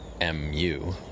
M-U